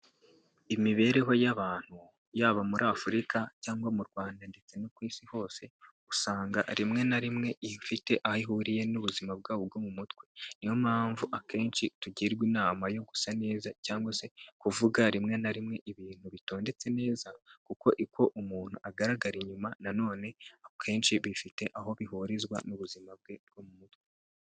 Imibereho y'abantu, yaba muri Afurika cyangwa mu Rwanda ndetse no ku isi hose, usanga rimwe na rimwe iba ifite aho ihuriye n'ubuzima bwabo bwo mu mutwe niyo mpamvu akenshi tugirwa inama yo gusa neza cyangwa se kuvuga rimwe na rimwe ibintu bitondetse neza kuko uko umuntu agaragara inyuma na none akenshi bifite aho bihurizwa n'ubuzima bwe bwo mu mutwe.